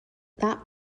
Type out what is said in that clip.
that